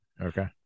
Okay